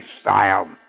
style